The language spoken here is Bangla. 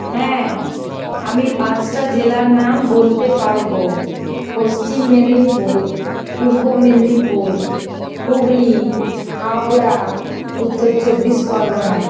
হ্যাঁ আমি পাঁচটা জেলার নাম বলতে পারবো পশ্চিম মেদিনীপুর পূর্ব মেদিনীপুর হুগলি হাওড়া উত্তর চব্বিশ পরগনা